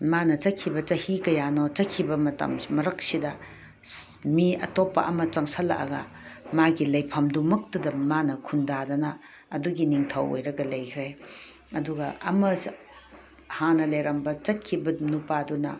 ꯃꯥꯅ ꯆꯠꯈꯤꯕ ꯆꯍꯤ ꯀꯌꯥꯅꯣ ꯆꯠꯈꯤꯕ ꯃꯇꯝꯁꯤ ꯃꯔꯛꯁꯤꯗ ꯃꯤ ꯑꯇꯣꯞꯄ ꯑꯃ ꯆꯪꯁꯜꯂꯛꯑꯒ ꯃꯥꯒꯤ ꯂꯩꯐꯝꯗꯨꯃꯛꯇꯗ ꯃꯥꯅ ꯈꯨꯟ ꯇꯥꯗꯅ ꯑꯗꯨꯒꯤ ꯅꯤꯡꯊꯧ ꯑꯣꯏꯔꯒ ꯂꯩꯈ꯭ꯔꯦ ꯑꯗꯨꯒ ꯑꯃ ꯍꯥꯟꯅ ꯂꯩꯔꯝꯕ ꯆꯠꯈꯤꯕ ꯅꯨꯄꯥꯗꯨꯅ